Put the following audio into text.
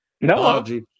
No